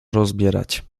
rozbierać